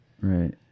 right